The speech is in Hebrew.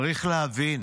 צריך להבין